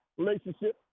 relationship